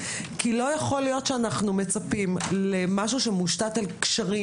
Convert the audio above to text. כי לא יכול להיות שאנחנו מצפים למשהו שמושתת על קשרים